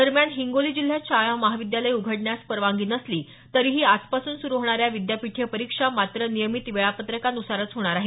दरम्यान हिंगोली जिल्ह्यात शाळा महाविद्यालयं उघडण्यास परवानगी नसली तरीही आजपासून सुरू होणाऱ्या विद्यापीठीय परीक्षा मात्र नियमित वेळापत्रकान्सारच होणार आहेत